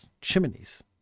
chimneys